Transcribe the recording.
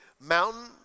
mountain